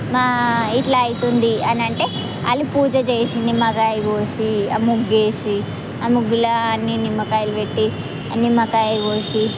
ఇట్లా అవుతుంది అని అంటే వాళ్ళు పూజ చేసి నిమ్మకాయ కోసి ఆ ముగ్గు వేసి ఆ ముగ్గులో అన్నీ నిమ్మకాయలు పెట్టి ఆ నిమ్మకాయ కోసి